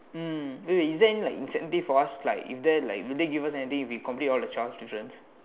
mm wait wait is there any like incentive for us like is there like will they give us anything if we complete all the twelve difference